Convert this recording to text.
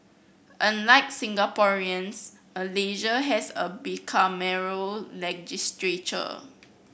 unlike Singaporeans Malaysia has a bicameral legislature